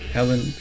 Helen